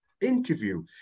interview